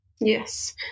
Yes